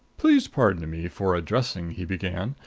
please pardon me for addressing he began.